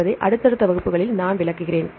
என்பதை அடுத்தடுத்த வகுப்புகளில் நான் விளக்குகிறேன்